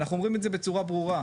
אנחנו אומרים את זה בצורה ברורה.